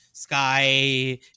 Sky